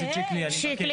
שלך.